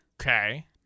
Okay